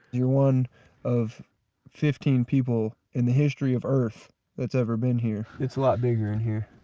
you're one of fifteen people in the history of earth that's ever been here. it's a lot bigger in here